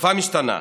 השפה משתנה,